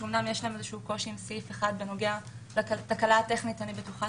שאמנם יש להם קושי עם סעיף אחד שנוגע לתקלה טכנית אני בטוחה